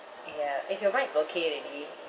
ya is your mic okay already